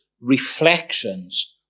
reflections